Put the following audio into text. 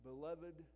Beloved